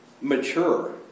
mature